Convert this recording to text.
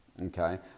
Okay